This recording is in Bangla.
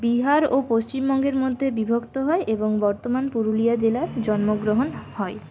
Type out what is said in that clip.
বিহার ও পশ্চিমবঙ্গের মধ্যে বিভক্ত হয় এবং বর্তমান পুরুলিয়া জেলার জন্মগ্রহণ হয়